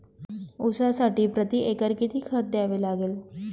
ऊसासाठी प्रतिएकर किती खत द्यावे लागेल?